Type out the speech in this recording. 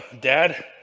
dad